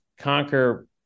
conquer